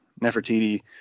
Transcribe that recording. Nefertiti